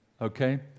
okay